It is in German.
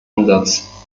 ansatz